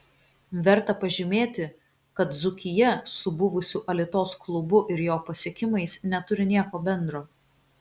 verta pažymėti kad dzūkija su buvusiu alitos klubu ir jo pasiekimais neturi nieko bendro